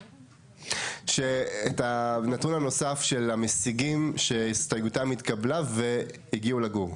שאת הנתון הנוסף של המשיגים שהסתייגותם התקבלה והגיעו לגור.